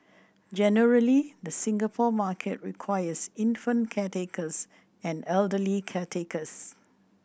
generally the Singapore market requires infant caretakers and elderly caretakers